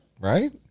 right